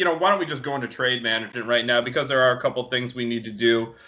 you know why don't we just go into trade management right now? because there are a couple of things we need to do.